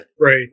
Right